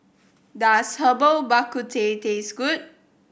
does Herbal Bak Ku Teh taste good